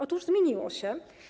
Otóż zmieniło się.